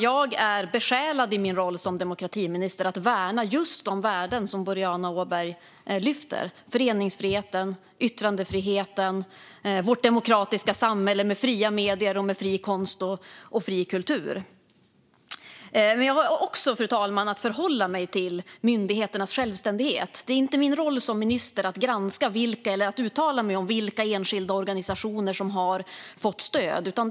Jag är besjälad i min roll som demokratiminister av att värna just de värden som Boriana Åberg lyfter: föreningsfriheten, yttrandefriheten och vårt demokratiska samhälle med fria medier och med fri konst och fri kultur. Men, fru talman, jag har också att förhålla mig till myndigheternas självständighet. Det är inte min roll som minister att granska eller uttala mig om vilka enskilda organisationer som har fått stöd.